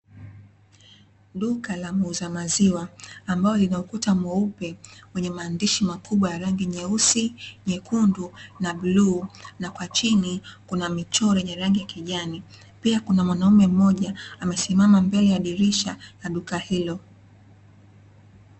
Duka la muuza maziwa ambalo lina ukuta mweupe wenye maandishi makubwa ya rangi nyeusi, nyekundu na bluu na kwa chini kuna michoro yenye rangi ya kijani. Pia kuna mwanaume mmoja amesimama mbele ya dirisha wa duka hili.